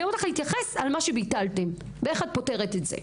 אני אומרת לך להתייחס על מה שביטלתם ואיך את פותרת את זה.